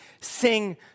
sing